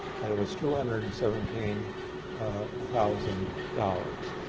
and it was two hundred and seventeen thousand dollars.